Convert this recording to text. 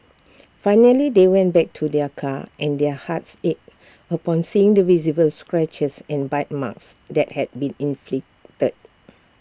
finally they went back to their car and their hearts ached upon seeing the visible scratches and bite marks that had been inflicted